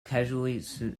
casualty